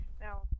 Now